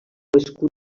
escut